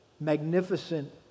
Magnificent